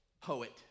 poet